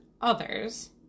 others